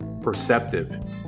Perceptive